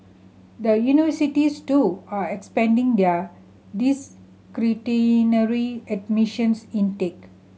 the universities too are expanding their discretionary admissions intake